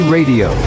Radio